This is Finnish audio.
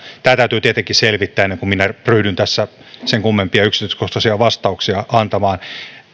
tämä täytyy tietenkin selvittää ennen kuin minä ryhdyn tässä sen kummempia yksityiskohtaisia vastauksia antamaan